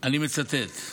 אני מצטט: